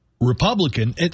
Republican